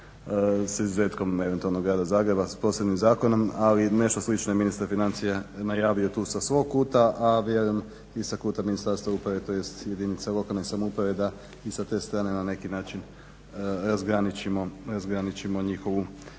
s izuzetkom eventualno Grada Zagreba s posebnim zakonom, ali nešto slično je ministar financija najavio tu sa svog kuta, a vjerujem i sa kuta Ministarstva uprave tj. jedinice lokalne samouprave da i sa te strane na neki način razgraničimo njihovu